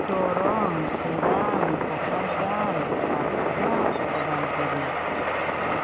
Darrang Chirang Kokrajhar Baksa Udalguri